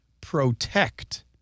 protect